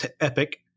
epic